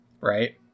Right